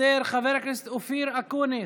אינה נוכחת,